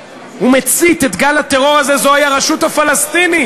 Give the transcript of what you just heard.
ומצית את גל הטרור הזה זה הרשות הפלסטינית,